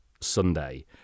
Sunday